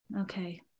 okay